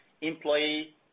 employee